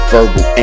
Verbal